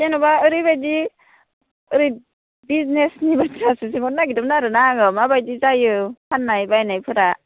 जेन'बा ओरैबायदि ओरै बिजनेसनि बाथ्रासो सोंहरनो नागिरदोंमोन आरोना आङो माबायदि जायो फान्नाय बायनायफोरा